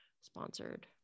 sponsored